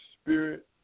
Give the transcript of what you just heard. spirit